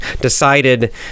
decided